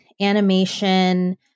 animation